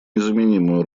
незаменимую